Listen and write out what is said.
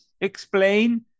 explain